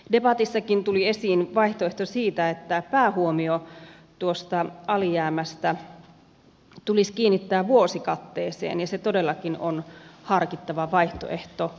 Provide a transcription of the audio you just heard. debatissakin tuli esiin vaihtoehto siitä että päähuomio alijäämästä tulisi kiinnittää vuosikatteeseen ja se todellakin on harkittava vaihtoehto